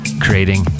creating